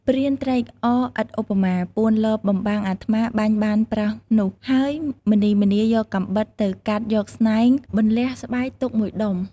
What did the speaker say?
ព្រានត្រេកអរឥតឧបមា ពួនលបបំបាំងអាត្មាបាញ់បានប្រើសនោះ ហើយម្នីម្នាយកកាំបិតទៅកាត់យកស្នែង បន្លះស្បែកទុកមួយដុំ។